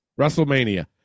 WrestleMania